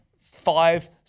five